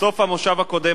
בסוף המושב הקודם,